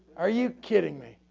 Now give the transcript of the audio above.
are you kidding me?